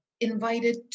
invited